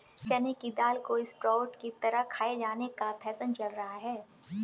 चने की दाल को स्प्रोउट की तरह खाये जाने का फैशन चल रहा है